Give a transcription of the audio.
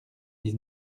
dix